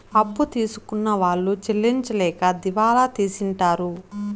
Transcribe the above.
అప్పు తీసుకున్న వాళ్ళు చెల్లించలేక దివాళా తీసింటారు